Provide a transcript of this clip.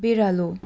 बिरालो